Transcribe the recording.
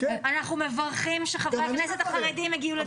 אנחנו מברכים שחברי הכנסת החרדים הגיעו לדיון.